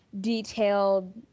detailed